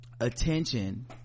attention